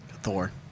Thor